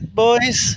boys